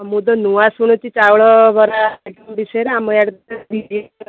ମୁଁ ତ ନୂଆ ଶୁଣୁଛି ଚାଉଳ ବରା ବିଷୟରେ ଆମ ଇଆଡ଼େ